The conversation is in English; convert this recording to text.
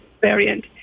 variant